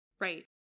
Right